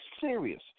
serious